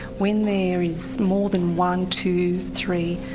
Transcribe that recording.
when there is more than one, two, three,